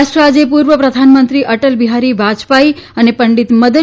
રાષ્ટ્ર આજે પુર્વ પ્રધાનમંત્રી અટલ બિહારી વાજપાઇની અને પંડિત મદન